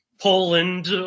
Poland